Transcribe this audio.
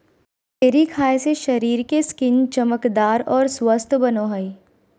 cherry खाय से शरीर के स्किन चमकदार आर स्वस्थ बनो हय